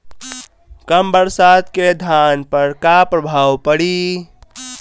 कम बरसात के धान पर का प्रभाव पड़ी?